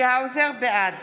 בעד